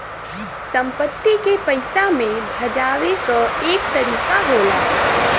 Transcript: संपत्ति के पइसा मे भजावे क एक तरीका होला